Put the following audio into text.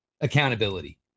accountability